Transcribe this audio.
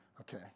Okay